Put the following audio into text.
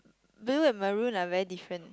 blue and maroon are very different